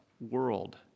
world